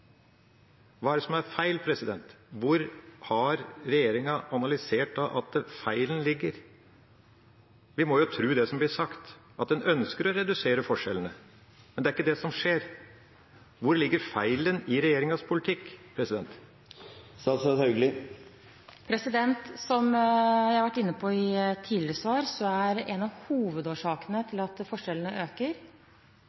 Hva er det som er feil? Har regjeringa analysert hvor feilen ligger? Vi må jo tro det som blir sagt, at en ønsker å redusere forskjellene, men det er ikke det som skjer. Hvor ligger feilen i regjeringas politikk? Som jeg har vært inne på i tidligere svar, er en av hovedårsakene til